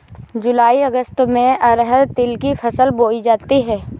जूलाई अगस्त में अरहर तिल की फसल बोई जाती हैं